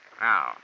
Now